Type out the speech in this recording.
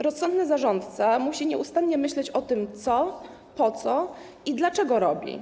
Rozsądny zarządca musi nieustannie myśleć o tym, co, po co i dlaczego robi.